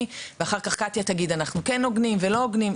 ואחר כך קטיה תגיד: אנחנו כן הוגנים ולא הוגנים,